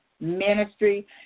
ministry